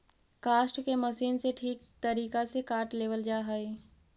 काष्ठ के मशीन से ठीक तरीका से काट लेवल जा हई